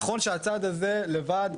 נכון שהצעד הזה לבד,